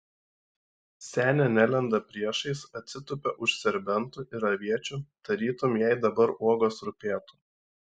senė nelenda priešais atsitupia už serbentų ir aviečių tarytum jai dabar uogos rūpėtų